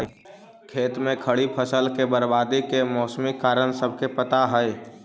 खेत में खड़ी फसल के बर्बादी के मौसमी कारण सबके पता हइ